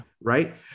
Right